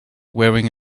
wearing